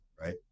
right